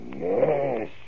Yes